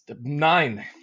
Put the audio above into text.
nine